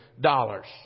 dollars